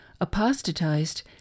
apostatized